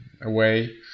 away